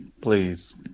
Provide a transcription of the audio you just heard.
Please